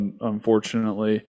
unfortunately